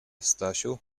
stasiu